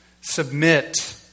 submit